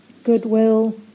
goodwill